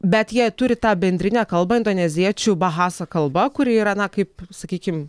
bet jie turi tą bendrinę kalbą indoneziečių bahasa kalba kuri yra na kaip sakykim